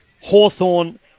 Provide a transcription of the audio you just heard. Hawthorne